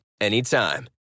anytime